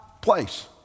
place